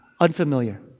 unfamiliar